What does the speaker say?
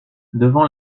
devant